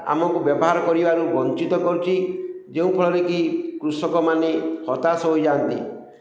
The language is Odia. ଆମକୁ ବ୍ୟବହାର କରିବାରୁ ବଞ୍ଚିତ କରୁଛି ଯେଉଁ ଫଳରେ କି କୃଷକମାନେ ହତାଶ ହୋଇଯାଆନ୍ତି